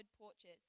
porches